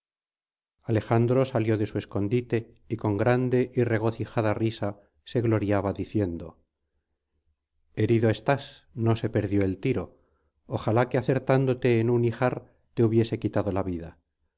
alejandro salió de su escondite y con grande y regocijada risa se gloriaba diciendo herido estás no se perdió el tiro ojalá que acertándote en un ijar te hubiese quitado la vida